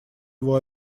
его